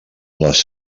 les